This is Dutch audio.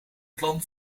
plan